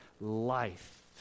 life